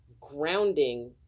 grounding